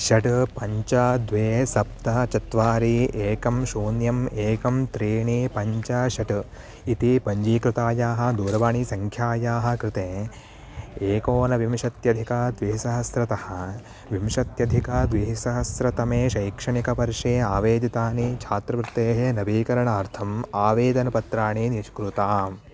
षट् पञ्च द्वे सप्त चत्वारि एकं शून्यम् एकं त्रीणि पञ्च षट् इति पञ्जीकृतायाः दूरवाणीसङ्ख्यायाः कृते एकोनविंशत्यधिकाद्विसहस्रतः विंशत्यधिकाद्विसहस्रतमे शैक्षणिकवर्षे आवेदितानि छात्रवृत्तेः नवीकरणार्थम् आवेदनपत्राणि निष्कुरुताम्